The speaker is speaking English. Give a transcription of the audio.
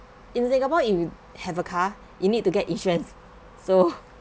in singapore if you have a car you need to get insurance so